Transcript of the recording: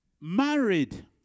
married